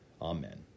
Amen